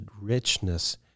richness